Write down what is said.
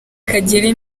kagere